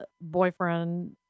boyfriend